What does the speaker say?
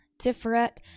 Tiferet